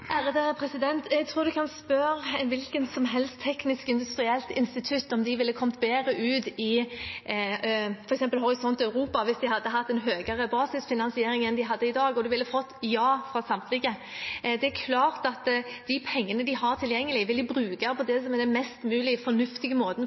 Jeg tror man kan spørre et hvilket som helst teknisk industrielt institutt om de ville kommet bedre ut i f.eks. Horisont Europa hvis de hadde hatt en høyere basisfinansiering enn de har i dag, og man ville fått ja fra samtlige. Det er klart at de pengene de har tilgjengelig, vil de bruke på